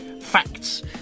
facts